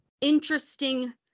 interesting